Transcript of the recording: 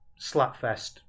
Slapfest